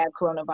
coronavirus